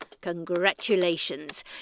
Congratulations